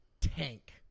Tank